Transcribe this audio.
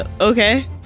Okay